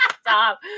Stop